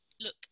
look